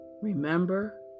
Remember